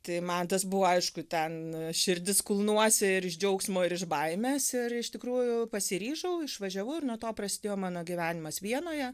tai man tas buvo aišku ten širdis kulnuose ir iš džiaugsmo ir iš baimės ir iš tikrųjų pasiryžau išvažiavau ir nuo to prasidėjo mano gyvenimas vienoje